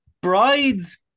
brides